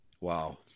Wow